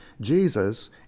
Jesus